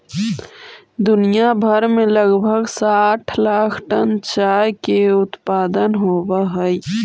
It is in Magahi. दुनिया भर में लगभग साठ लाख टन चाय के उत्पादन होब हई